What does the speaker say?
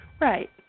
Right